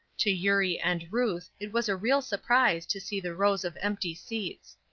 to eurie and ruth it was a real surprise to see the rows of empty seats.